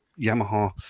Yamaha